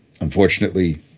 unfortunately